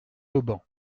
auban